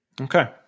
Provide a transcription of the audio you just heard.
Okay